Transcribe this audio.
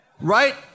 Right